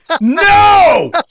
No